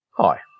Hi